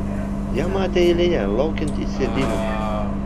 ją matė eilėje laukiant įsėdimo